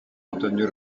antonio